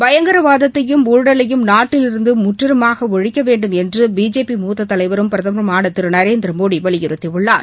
பயங்கரவாதத்தையும் ஊழலையும் நாட்டிலிருந்து முற்றிலுமாக ஒழிக்கவேண்டும் என்று பிஜேபி மூத்த தலைவரும் பிரதமருமான திரு நரேந்திரமோடி வலியுறுத்தியுள்ளார்